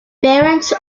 parents